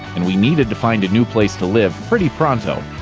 and we needed to find a new place to live, pretty pronto.